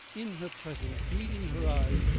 in her presence, meeting her eyes,